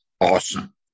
Awesome